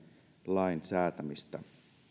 lain säätämistä